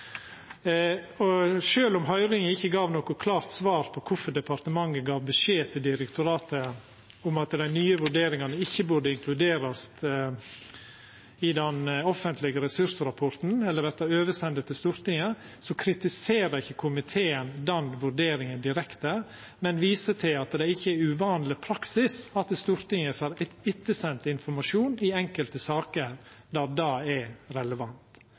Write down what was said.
om høyringa ikkje gav noko klart svar på kvifor departementet gav beskjed til direktoratet om at dei nye vurderingane ikkje burde inkluderast i den offentlege ressursrapporten eller verta sende over til Stortinget, kritiserer ikkje komiteen den vurderinga direkte, men viser til at det ikkje er uvanleg praksis at Stortinget får ettersendt informasjon i enkelte saker der det er relevant.